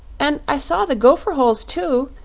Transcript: and i saw the gopher holes, too,